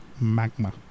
magma